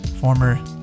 former